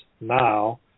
now